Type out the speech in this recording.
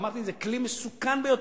אמרתי: זה כלי מסוכן ביותר.